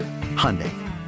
Hyundai